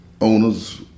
owners